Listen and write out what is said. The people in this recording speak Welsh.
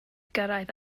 gyrraedd